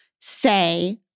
say-